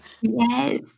Yes